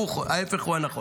ההפך הוא הנכון.